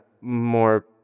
more